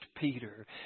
Peter